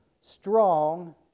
strong